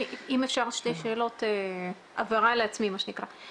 אם אפשר שתי שאלות, הבהרה לעצמי מה שנקרא.